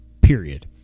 period